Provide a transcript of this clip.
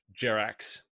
Jerax